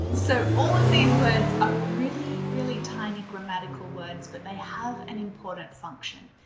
so all of these words are really, really tiny grammatical words but they have an important function.